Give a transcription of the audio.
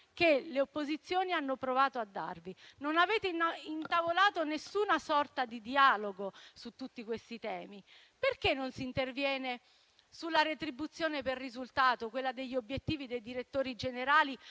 che le opposizioni hanno provato a darvi. Non avete intavolato nessuna sorta di dialogo su tutti questi temi. Perché non si interviene sulla retribuzione per risultato, quella degli obiettivi dei direttori generali,